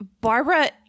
Barbara